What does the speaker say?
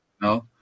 no